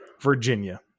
Virginia